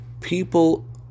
People